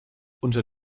unter